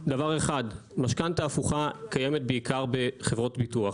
משכנתא הפוכה קיימת בעיקר בחברות ביטוח.